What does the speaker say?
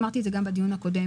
אמרתי את זה גם בדיון הקודם,